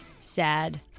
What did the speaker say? sad